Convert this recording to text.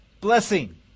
blessing